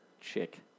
chick